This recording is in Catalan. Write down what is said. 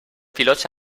pilots